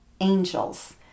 angels